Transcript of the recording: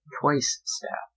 twice-staff